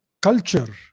culture